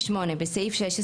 בסעיף 16